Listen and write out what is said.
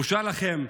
בושה לכם,